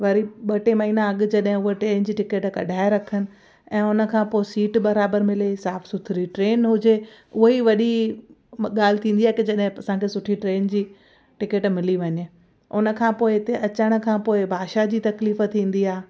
वरी ॿ टे महीना अॻु जॾहिं उहा ट्रेन जी टिकेट कढाए रखनि ऐं हुन खां पोइ सीट बराबरि मिले साफ़ु सुथिरी ट्रेन हुजे उहा ई वॾी ॻाल्हि थींदी आहे कि जॾहिं असांखे सुठी ट्रेन जी टिकेट मिली वञे हुन खां पोइ हिते अचण खां पोइ भाषा जी तकलीफ़ थींदी